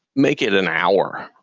make it an hour,